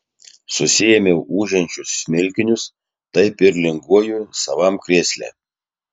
susiėmiau ūžiančius smilkinius taip ir linguoju savam krėsle